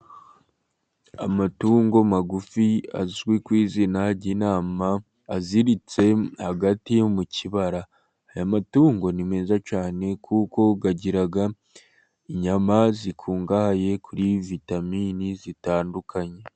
amatungo magufi azwi ku izina ry'intama, aziritse hagati yo mu kibara. Aya matungo ni meza cyane, kuko agira inyama zikungahaye kuri vitamini zitandukanye.